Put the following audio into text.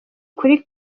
kuri